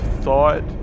thought